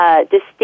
distinct